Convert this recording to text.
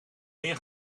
meer